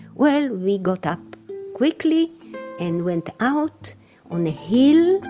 well, we got up quickly and went out on a hill,